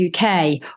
UK